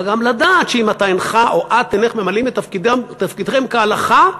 אבל גם לדעת שאם אתה או את אינכם ממלאים את תפקידכם כהלכה,